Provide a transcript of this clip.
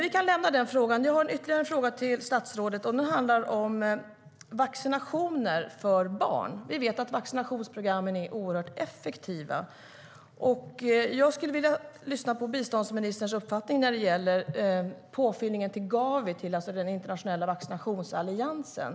Vi kan lämna den frågan. Vi vet att vaccinationsprogrammen är oerhört effektiva, och jag skulle vilja höra biståndsministerns uppfattning när det gäller påfyllningen till Gavi, den internationella vaccinationsalliansen.